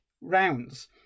rounds